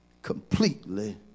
completely